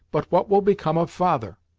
but what will become of father?